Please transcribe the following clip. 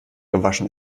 gewaschen